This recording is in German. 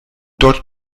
dort